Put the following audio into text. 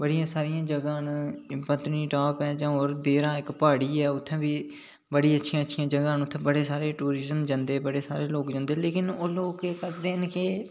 बड़ियां सारियां जगह्ं न पत्नीटाप ऐ जां देरां इक प्हाडी ऐ उत्थै बी बडियां अच्छिया अच्छियां जगह् न उत्थै बडे सारे टूरिजम जंदे न सारे लोक जंदे न लेकिल ओह् लोक केह् करदे न कि